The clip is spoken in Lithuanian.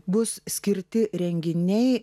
bus skirti renginiai